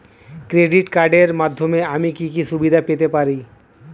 Credit কার্ডের মাধ্যমে আমি কি কি সুবিধা পেতে পারি?